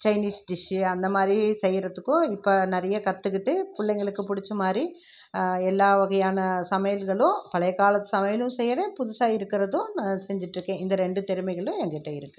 Chinese dish அந்த மாதிரி செய்யறத்துக்கும் இப்போ நிறையே கற்றுகிட்டு பிள்ளைங்களுக்கு பிடிச்ச மாதிரி எல்லா வகையான சமையல்களும் பழைய காலத் சமையலும் செய்யறேன் புதுசாக இருக்கிறதும் நான் செஞ்சிட்டுருக்கேன் இந்த ரெண்டு திறமைகளும் எங்கிட்ட இருக்கு